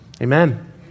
Amen